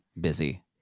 busy